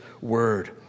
Word